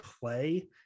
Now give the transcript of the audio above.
play